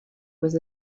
was